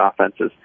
offenses